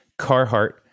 Carhartt